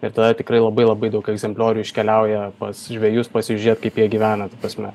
ir tada tikrai labai labai daug egzempliorių iškeliauja pas žvejus pasižiūrėt kaip jie gyvena ta prasme